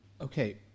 Okay